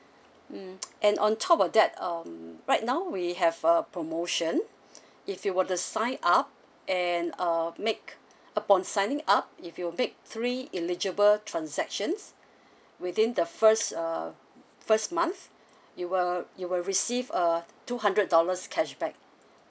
mm and on top of that um right now we have a promotion if you will to sign up and uh make upon signing up if you make three eligible transactions within the first uh first month you will you will receive a two hundred dollars cashback